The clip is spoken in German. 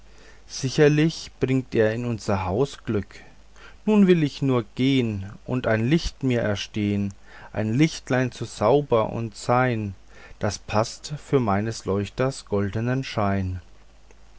sicherlich bringt er in unser haus glück nun will ich nur gehn und ein licht mir ersteh ein lichtlein so sauber und sein das paßt für meines leuchters goldnen schein